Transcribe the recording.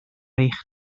eich